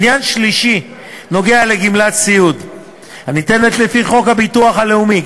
עניין שלישי נוגע לגמלת הסיעוד הניתנת לפי חוק הביטוח הלאומי.